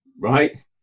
right